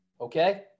okay